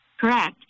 Correct